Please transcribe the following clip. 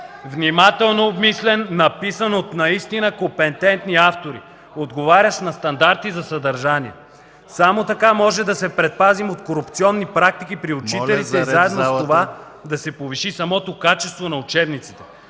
Внимателно обмислен, написан от наистина компетентни автори, отговарящ на стандарти за съдържание! Само така можем да се предпазим от корупционни практики при учителите и заедно с това да се повиши самото качество на учебниците.